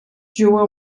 juga